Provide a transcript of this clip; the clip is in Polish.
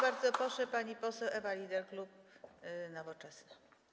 Bardzo proszę, pani poseł Ewa Lieder, klub Nowoczesna.